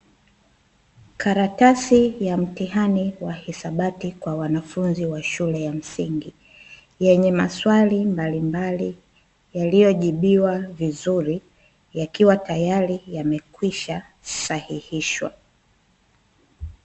Karatasi ya mtihani wa hisabati kwa wanafunzi wa shule ya msingi, yenye maswali mbali mbali yaliyojibiwa vizuri, yakiwa tayari yamekwisha sahihishwa.